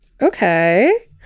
Okay